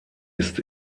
ist